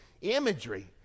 imagery